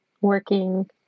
working